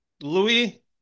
Louis